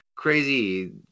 Crazy